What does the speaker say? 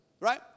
Right